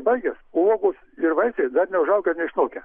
baigias o uogos ir vaisiai dar neužaugę ir neišnokę